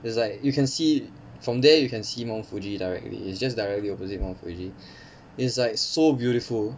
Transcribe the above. it was like you can see from there you can see mount fuji directly it's just directly opposite mount fuji it's like so beautiful